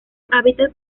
hábitats